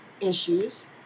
issues